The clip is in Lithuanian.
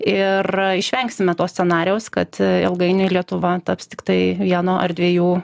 ir išvengsime to scenarijaus kad ilgainiui lietuva taps tiktai vieno ar dviejų